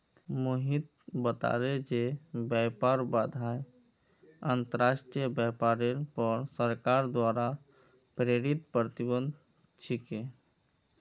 मोहित बताले जे व्यापार बाधाएं अंतर्राष्ट्रीय व्यापारेर पर सरकार द्वारा प्रेरित प्रतिबंध छिके